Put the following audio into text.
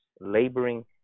laboring